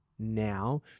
Now